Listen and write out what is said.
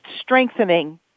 strengthening